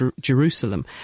Jerusalem